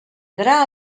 gra